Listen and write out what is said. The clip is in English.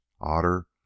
Otter